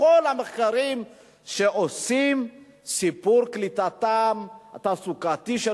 בכל המחקרים שעושים סיפור קליטתם התעסוקתית של